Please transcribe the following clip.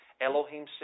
Elohim